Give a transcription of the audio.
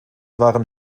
waren